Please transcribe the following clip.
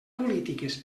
polítiques